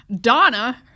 Donna